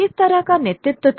किस तरह का नेतृत्व था